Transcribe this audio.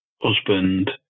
husband